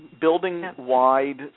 Building-wide